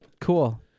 cool